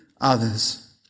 others